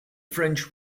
french